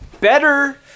better